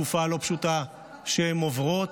בתקופה-הלא-פשוטה שהן עוברות.